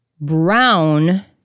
Brown